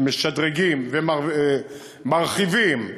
שמשדרגים ומרחיבים,